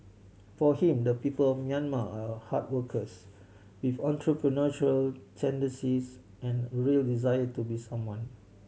for him the people Myanmar are hard workers with entrepreneurial tendencies and real desire to be someone